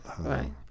Right